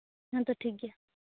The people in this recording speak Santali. ᱦᱮᱸ ᱛᱚ ᱴᱷᱤᱠ ᱜᱮᱭᱟ